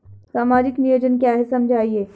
सामाजिक नियोजन क्या है समझाइए?